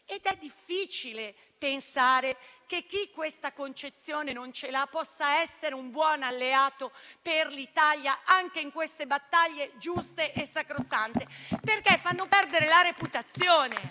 È difficile pensare che chi non ha questa concezione possa essere un buon alleato per l'Italia anche in queste battaglie giuste e sacrosante, perché fanno perdere la reputazione.